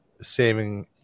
saving